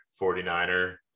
49er